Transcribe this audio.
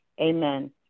amen